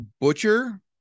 Butcher